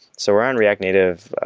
so around react native,